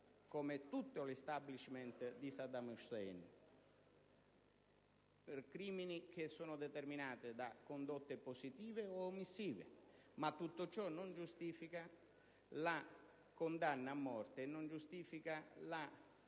come tutto *l'establishment* di Saddam Hussein, crimini determinati da condotte positive o omissive, ma che tutto ciò non giustifica la condanna a morte, la chiusura di